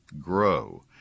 GROW